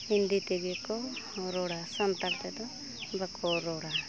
ᱦᱤᱱᱫᱤ ᱛᱮᱜᱮ ᱠᱚ ᱨᱚᱲᱟ ᱥᱟᱱᱛᱟᱲ ᱛᱮᱫᱚ ᱵᱟᱠᱚ ᱨᱚᱲᱟ